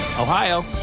Ohio